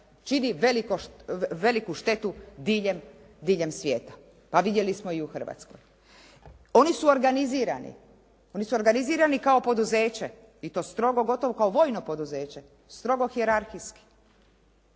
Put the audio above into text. čini veliku štetu diljem svijeta. Pa vidjeli smo i u Hrvatskoj. Oni su organizirani, oni su organizirani kao poduzeće i to strogo, gotovo kao vojno poduzeće, strogo hijerarhijski,